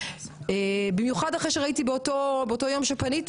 במיוחד אחרי שראיתי באותו יום שפניתי